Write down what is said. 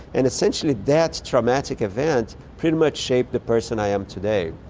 and essentially that dramatic event pretty much shaped the person i am today.